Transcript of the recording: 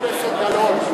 חברת הכנסת גלאון,